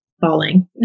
falling